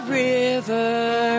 river